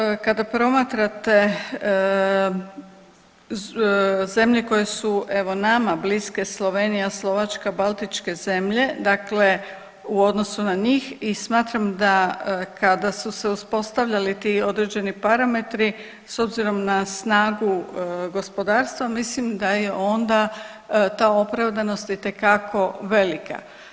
Ono što kada promatrate zemlje koje su evo nama bliske Slovenija, Slovačka, Baltičke zemlje, dakle u odnosu na njih i smatram da kada su se uspostavljali ti određeni parametri s obzirom na snagu gospodarstva mislim da je onda ta opravdanost itekako velika.